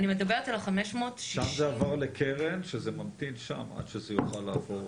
זה עבר לקרן וממתין שם עד שזה יוכל לעבור.